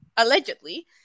allegedly